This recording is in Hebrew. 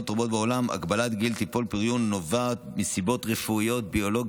רבות בעולם הגבלת גיל טיפולי הפריון נובעת מסיבות רפואיות-ביולוגיות.